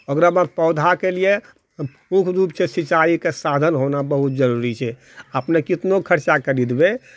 ओकरा बाद पौधाके लिए मुख्य रूपसँ सिंचाइके साधन होना बहुत जरूरी छै अपनो केतनो खर्चा करि देबै